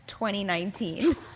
2019